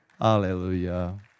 Hallelujah